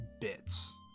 Bits